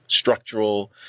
structural